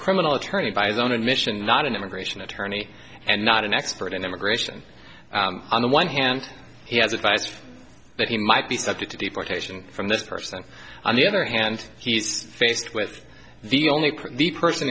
criminal attorney by his own admission not an immigration attorney and not an expert in immigration on the one hand he has advised that he might be subject to deportation from this person on the other hand he's faced with the only person